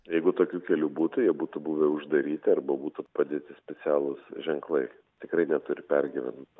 jeigu tokių kelių būtų jie būtų buvę uždaryti arba būtų padėti specialūs ženklai tikrai neturi pergyvent